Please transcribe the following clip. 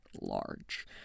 large